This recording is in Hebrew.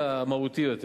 אלא המהותי יותר,